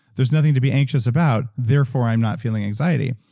there's nothing to be anxious about. therefore, i'm not feeling anxiety.